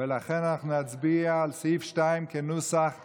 לכן אנחנו נצביע על סעיף 2 כנוסח הוועדה.